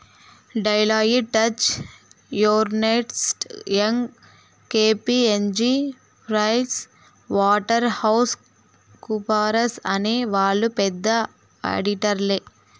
Deloitte, Touche Ernst, Young KPMG Price Waterhouse కూపర్స్అనే వాళ్ళు పెద్ద ఆడిటర్లే